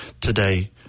today